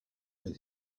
with